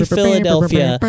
Philadelphia